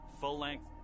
full-length